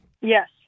Yes